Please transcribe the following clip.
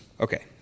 Okay